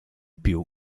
più